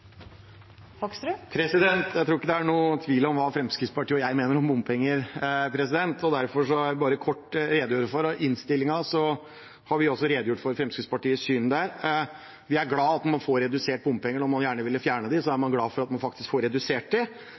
2. Jeg tror ikke det er noen tvil om hva Fremskrittspartiet og jeg mener om bompenger. Derfor vil jeg bare kort redegjøre for Fremskrittspartiets syn, som det også er redegjort for i innstillingen. Vi er glade for at man får redusert bompengene. Når man gjerne vil fjerne dem, er man glad for at man faktisk får redusert